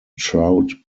trout